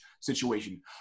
situation